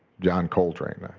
john coltrane.